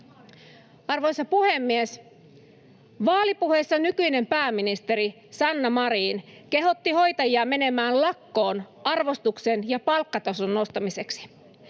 Arvoisa puhemies! Vaalipuheissa nykyinen pääministeri Sanna Marin kehotti hoitajia menemään lakkoon arvostuksen ja palkkatason nostamiseksi.